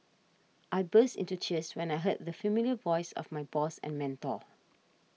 I burst into tears when I heard the familiar voice of my boss and mentor